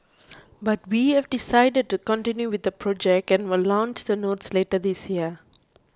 but we have decided to continue with the project and will launch the notes later this year